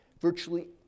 virtually